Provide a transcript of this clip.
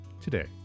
today